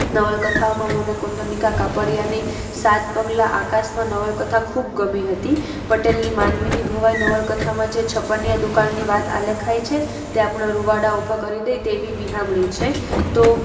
નવલકથાઓમાં મને કુંદનિકા કાપડીઆની સાત પગલાં આકાશમાં નવલકથા ખૂબ ગમી હતી પટેલની માનવીની ભવાઇ નવલકથામાં જે છપ્પનિયા દુકાળની વાત આલેખાય છે તે આપણાં રૂંવાડા ઊભા કરી દે તેવી બિહામણી છે તો